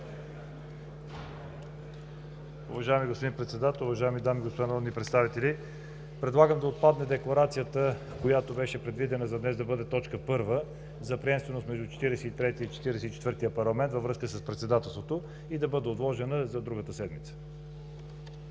Уважаеми господин Председател, уважаеми дами и господа народни представители! Предлагам да отпадне декларацията, която беше предвидена за днес да бъде точка първа – за приемственост между 43-я и 44-я парламент във връзка с Председателството, и да бъде отложена за другата седмица.